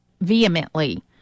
vehemently